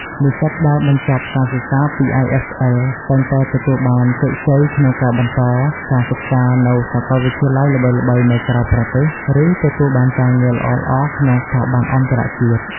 និស្សិតដែលបញ្ចប់ការសិក្សាពី IFL តែងតែទទួលបានជោគជ័យក្នុងការបន្តការសិក្សានៅសាកលវិទ្យាល័យល្បីៗនៅក្រៅប្រទេស ឬទទួលបានការងារល្អៗក្នុងស្ថាប័នអន្តរជាតិ។